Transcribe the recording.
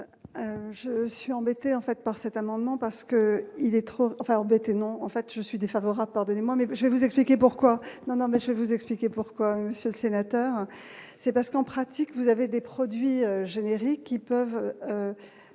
Je suis embêté en fait par cet amendement parce que il est trop enfin non en fait je suis défavorable, pardonnez-moi, mais je vais vous expliquer pourquoi, non monsieur vous expliquer pourquoi, monsieur le sénateur, c'est parce qu'en pratique, vous avez des produits génériques qui peuvent